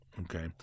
okay